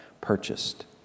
purchased